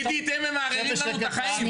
עידית הם מערערים לנו את החיים,